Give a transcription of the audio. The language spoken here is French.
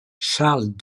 charles